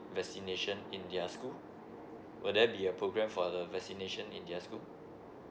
vaccination in their school will there be a program for the vaccination in their school